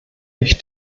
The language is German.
ich